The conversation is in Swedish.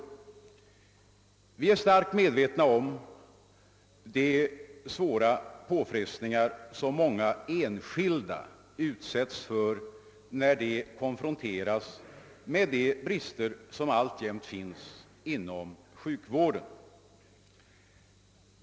Vi är starkt medvetna om de svåra påfrestningar som många enskilda utsätts för när de konfronteras med brister som alltjämt finns inom sjukvården.